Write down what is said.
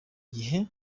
gihe